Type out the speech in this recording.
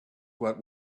what